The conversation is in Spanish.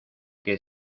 que